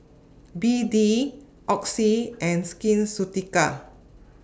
B D Oxy and Skin Ceuticals